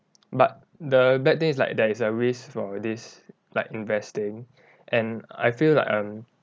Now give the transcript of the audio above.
but the bad thing is like there is a risk for this like investing and I feel like um